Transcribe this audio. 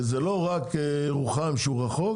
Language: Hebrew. זה לא רק ירוחם שהיא מקום מרוחק,